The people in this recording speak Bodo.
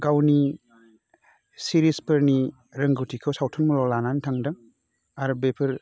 गावनि सिरिसफोरनि रोंगौथिखौ सावथुन महराव लानानै थांदों आरो बेफोर